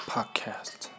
Podcast